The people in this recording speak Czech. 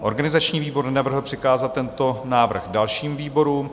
Organizační výbor nenavrhl přikázat tento návrh dalším výborům.